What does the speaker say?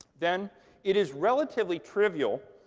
then it is relatively trivial,